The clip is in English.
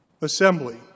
assembly